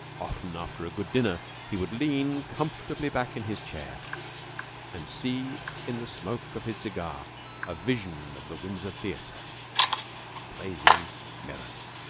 often after a good dinner he would lean comfortably back in his chair and see in the smoke of his cigar a vision of the windsor theater blazing merrily,